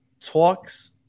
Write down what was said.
talks